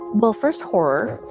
well, first horror.